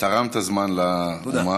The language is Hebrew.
תרמת זמן למליאה.